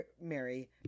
Mary